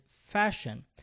fashion